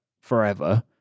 forever